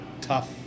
tough